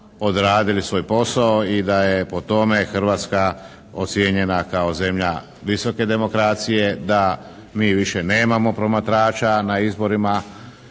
odradili svoj posao i da je po tome Hrvatska ocijenjena kao zemlja visoke demokracije, da mi više nemamo promatrača na izborima